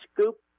scoop